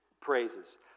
praises